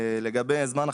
לגבי זמן הכשרה,